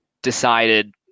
decided